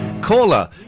Caller